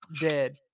dead